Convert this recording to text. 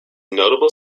notable